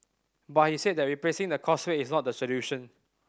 but he said that replacing the causeway is not the solution